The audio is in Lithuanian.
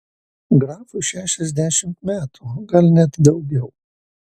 grafui šešiasdešimt metų gal net daugiau